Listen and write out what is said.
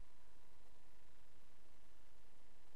נר